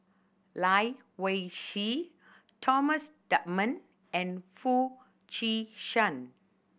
Lai Weijie Thomas Dunman and Foo Chee San